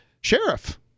sheriff